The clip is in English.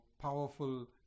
powerful